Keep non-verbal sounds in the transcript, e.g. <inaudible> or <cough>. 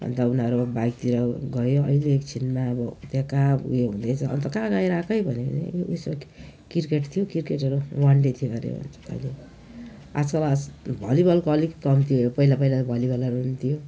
अन्त उनीहरू बाइकतिर गयो अहिले एकछिनमा अब त्यहाँ कहाँ उयो हुँदैछ अन्त कहाँ गएर आएको है भन्यो भने <unintelligible> क्रिकेट थियो क्रिकेटहरू वानडे थियो अरे अहिले आजकल भलिबलको अलिक कम्ती हो पहिला पहिला त भलिबलहरू हुन्थ्यो